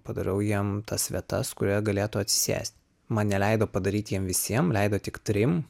padarau jiem tas vietas kur jie galėtų atsisėst man neleido padaryt jiem visiem leido tik trim